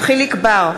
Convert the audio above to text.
יחיאל חיליק בר,